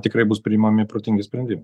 tikrai bus priimami protingi sprendimai